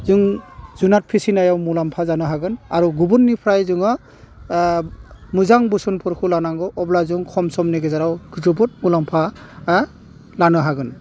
जों जुनाद फिसिनायाव मुलाम्फा जानो हागोन आरो गुबुननिफ्राय जोङो मोजां बोसोनफोरखौ लानांगौ अब्ला जों खम समनि गेजेराव जोबोद मुलाम्फा लानो हागोन